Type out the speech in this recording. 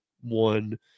one